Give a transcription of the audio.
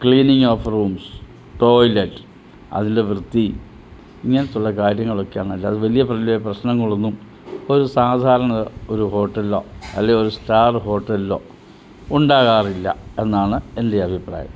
cleaning of rooms toilet അതിൻ്റെ വൃത്തി ഇങ്ങനെയുള്ള കാര്യങ്ങളൊക്കെയാണ് അല്ലാതെ വലിയ വലിയ പ്രശ്നങ്ങളൊന്നും ഒരു സാധാരണ ഒരു ഹോട്ടലിലോ അല്ലെ ഒരു സ്റ്റാർ ഹോട്ടലിലോ ഉണ്ടാകാറില്ല എന്നാണ് എൻ്റെ അഭിപ്രായം